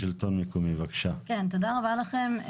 תודה רבה לכם.